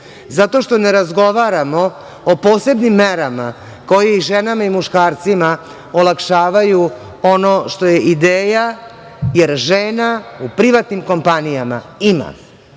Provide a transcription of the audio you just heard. zato što ne razgovaramo o posebnim merama koje i ženama i muškarcima olakšavaju ono što je ideja, jer žena u privatnim kompanijama ima,